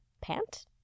pant